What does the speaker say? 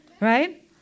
Right